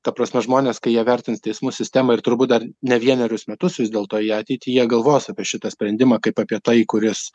ta prasme žmonės kai jie vertins teismų sistemą ir turbūt dar ne vienerius metus vis dėlto į ateitį jie galvos apie šitą sprendimą kaip apie tai kuris